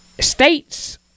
State's